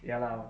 ya lah